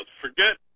forget